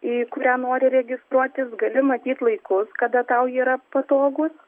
į kurią nori registruotis gali matyt laikus kada tau yra patogūs